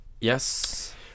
Yes